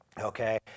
Okay